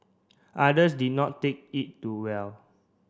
others did not take it to well